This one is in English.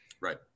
Right